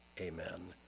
amen